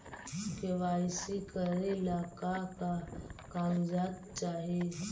KYC करे ला का का कागजात चाही?